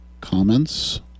comments